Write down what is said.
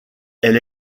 elle